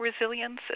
resilience